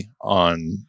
on